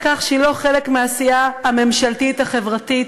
כך שהיא לא חלק מהעשייה הממשלתית החברתית